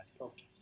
Okay